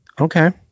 okay